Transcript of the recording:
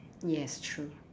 yes true